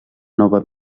nova